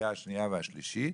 לקריאה השנייה והשלישית,